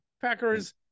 Packers